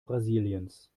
brasiliens